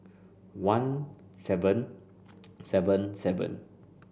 one seven seven seven